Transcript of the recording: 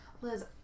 liz